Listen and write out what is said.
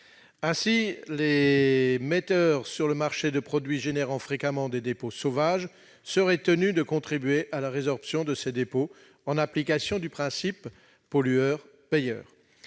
Ainsi, les metteurs sur le marché de produits donnant fréquemment lieu à des dépôts sauvages seraient tenus de contribuer à la résorption de ces dépôts, en application du principe du pollueur-payeur.